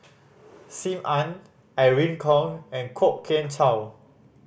Sim Ann Irene Khong and Kwok Kian Chow